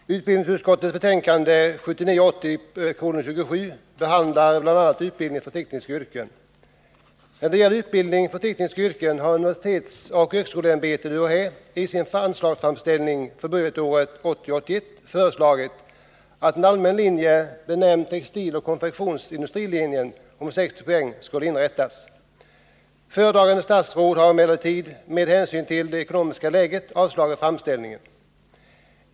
Herr talman! Utbildningsutskottets betänkande 1979 81 föreslagit att en allmän linje benämnd textiloch konfektionsindustrilinjen och omfattande 60 poäng skall inrättas. Föredragande statsrådet har emellertid med hänsyn till det ekonomiska läget avstyrkt framställningen.